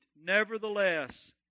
Nevertheless